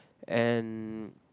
and